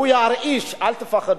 הוא ירעיש, אל תפחדו.